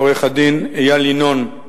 עורך-הדין איל ינון,